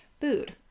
food